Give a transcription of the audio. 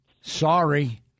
Sorry